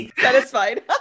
Satisfied